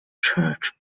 church